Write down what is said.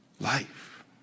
life